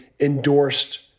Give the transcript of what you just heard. endorsed